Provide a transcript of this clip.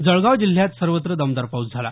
जळगाव जिल्ह्यात सर्वत्र दमदार पाऊस झाला